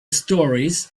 stories